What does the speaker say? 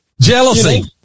Jealousy